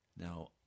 Now